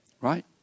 Right